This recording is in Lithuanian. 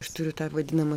aš turiu tą vadinamą